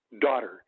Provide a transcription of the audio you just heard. daughter